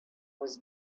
was